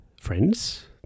friends